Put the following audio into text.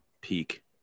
Peak